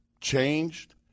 changed